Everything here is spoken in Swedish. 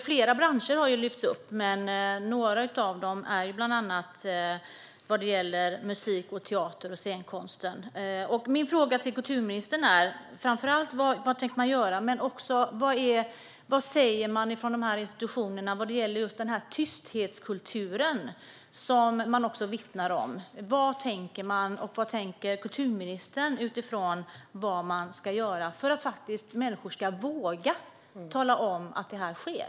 Flera branscher har lyfts upp, bland annat musik, teater och scenkonst. Min fråga till kulturministern är framför allt vad man tänker göra men också vad institutionerna säger om den tysthetskultur som det vittnas om. Vad tänker man - vad tänker kulturministern kring vad man ska göra för att människor ska våga tala om vad som sker?